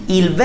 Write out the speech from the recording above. Il